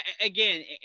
Again